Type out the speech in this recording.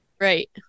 Right